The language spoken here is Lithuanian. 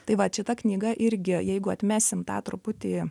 tai va šita knyga irgi jeigu atmesim tą truputį